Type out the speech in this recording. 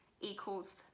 Equals